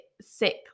sick